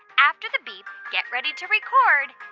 after the beep, get ready to record